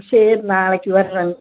சரி நாளைக்கு வரலாம்ங்க